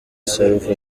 salva